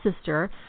sister